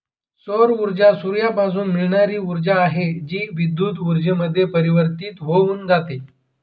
सौर ऊर्जा सूर्यापासून मिळणारी ऊर्जा आहे, जी विद्युत ऊर्जेमध्ये परिवर्तित होऊन जाते